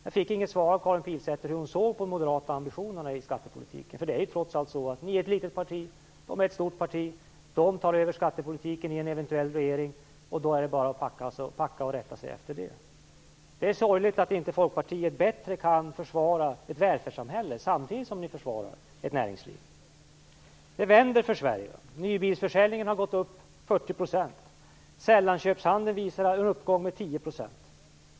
Jag fick inget svar av Karin Pilsäter hur hon såg på de moderata ambitionerna i skattepolitiken. Det är trots allt så att ni är ett litet parti. Moderaterna är ett stort parti. De tar över skattepolitiken i en eventuell regering. Då är det bara att packa och rätta sig efter det. Det är sorgligt att Folkpartiet inte bättre kan försvara ett välfärdssamhälle, samtidigt som ni försvarar ett näringsliv. Det vänder för Sverige. Nybilsförsäljningen har gått upp med 40 %. Sällanköpshandeln visar en uppgång med 10 %.